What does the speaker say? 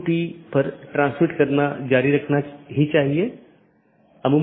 यह हर BGP कार्यान्वयन के लिए आवश्यक नहीं है कि इस प्रकार की विशेषता को पहचानें